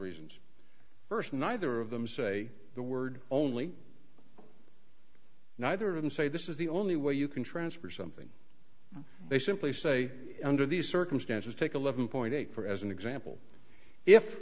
reasons first neither of them say the word only neither of them say this is the only way you can transfer something they simply say under these circumstances take a living point for as an example if